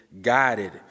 guided